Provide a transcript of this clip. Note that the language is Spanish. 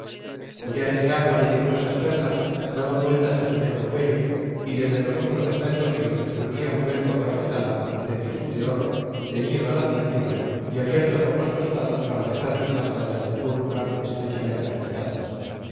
collares de ámbar y de gruesas perlas daban vueltas a su negro cuello y desde los hombros hasta el tobillo le cubría un luengo traje talar de tisú de oro ceñido a la cintura y abierto por los costados para dejar ver las calzas de púrpura estrechamente ajustadas